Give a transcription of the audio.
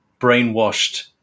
brainwashed